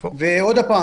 עוד פעם,